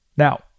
Now